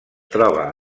troba